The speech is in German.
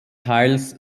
teils